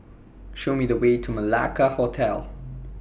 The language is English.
Show Me The Way to Malacca Hotel